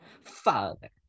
father